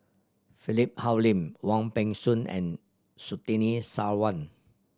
Philip Hoalim Wong Peng Soon and Surtini Sarwan